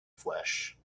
flesh